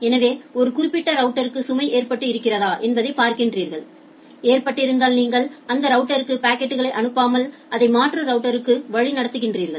எனவே ஒரு குறிப்பிட்ட ரவுட்டர்க்கு சுமை ஏற்றப்பட்டு இருக்கிறதா என்பதை பார்க்கிறீர்கள் ஏற்றப்பட்டிருந்தால் நீங்கள் அந்த ரவுட்டர்க்கு பாக்கெட்களை அனுப்பாமல் அதை மாற்று ரவுட்டர்களுக்கு வழிநடத்துகிறீர்கள்